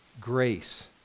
Grace